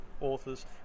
authors